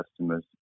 customers